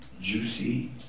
juicy